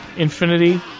Infinity